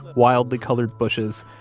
wildly colored bushes,